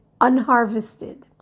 unharvested